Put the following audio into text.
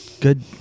Good